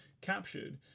captured